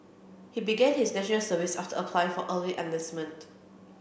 he began his National Service after applying for early enlistment